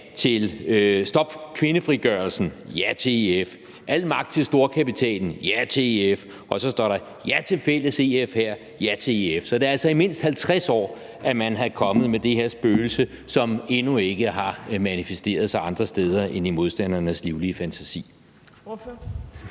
Stop kvindefrigørelsen – ja til EF. Al magt til storkapitalen – ja til EF. Og så står der: Ja til fælles EF-hær – ja til EF. Så det er altså i mindst 50 år, at man er kommet med det her spøgelse, som endnu ikke har manifesteret sig andre steder end i modstandernes livlige fantasi.